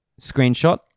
screenshot